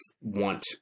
want